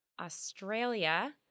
Australia